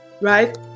right